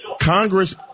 Congress